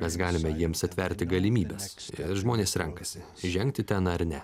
mes galime jiems atverti galimybes ir žmonės renkasi žengti ten ar ne